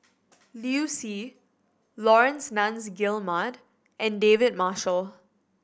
Liu Si Laurence Nunns Guillemard and David Marshall